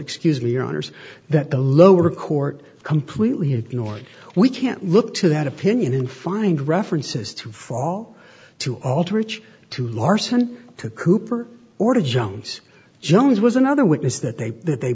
excuse me your honour's that the lower court completely ignored we can't look to that opinion and find references to fall to alter each to larson to cooper or to jones jones was another witness that they that they